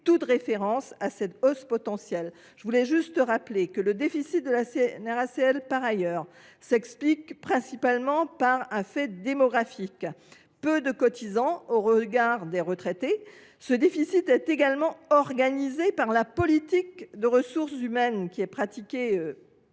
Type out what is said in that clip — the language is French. toute référence à cette hausse potentielle. Je veux par ailleurs rappeler que le déficit de la CNRACL s’explique principalement par un fait démographique, avec peu de cotisants au regard du nombre de retraités. Ce déficit est également organisé par la politique de ressources humaines qui est pratiquée encore